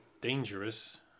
dangerous